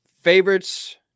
Favorites